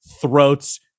throats